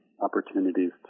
opportunities